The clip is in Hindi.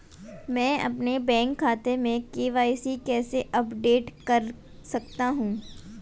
मैं अपने बैंक खाते में के.वाई.सी कैसे अपडेट कर सकता हूँ?